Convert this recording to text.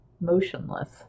motionless